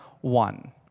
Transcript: one